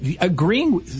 agreeing